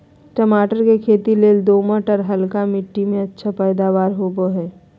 टमाटर के खेती लेल दोमट, आर हल्का मिट्टी में अच्छा पैदावार होवई हई